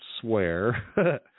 swear